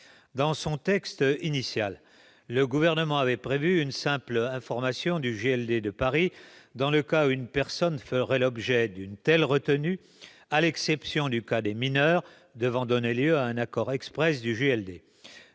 Dans son texte initial, le Gouvernement avait prévu une simple information du juge des libertés et de la détention de Paris dans le cas où une personne ferait l'objet d'une telle retenue, à l'exception du cas des mineurs, devant donner lieu à un accord exprès de ce